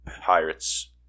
Pirates